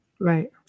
Right